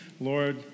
Lord